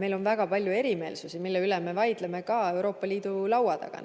meil on väga palju erimeelsusi, mille üle me vaidleme ka Euroopa Liidus laua taga,